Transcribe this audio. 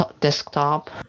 desktop